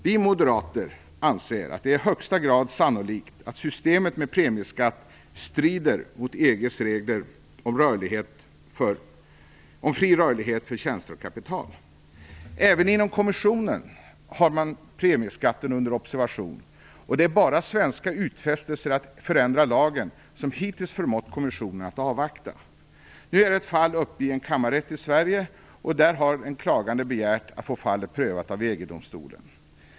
Vi moderater anser att det är i högsta grad sannolikt att systemet med premieskatt strider mot EG:s regler om fri rörlighet för tjänster och kapital. Även inom kommissionen har man premieskatten under observation, och det är bara svenska utfästelser att förändra lagen, som hittills förmått kommissionen att avvakta. Nu är ett fall uppe i en kammarrätt i Sverige, och där har en klagande begärt att få fallet prövat av EG-domstolen.